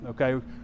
Okay